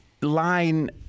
line